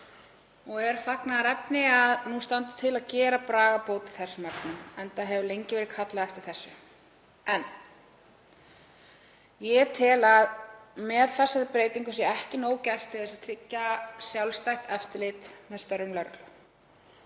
og er fagnaðarefni að nú standi til að gera bragarbót í þessum efnum enda hefur lengi verið kallað eftir því. Ég tel að með þessari breytingu sé ekki nóg gert til þess að tryggja sjálfstætt eftirlit með störfum lögreglu.